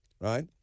right